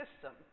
system